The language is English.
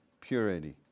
purity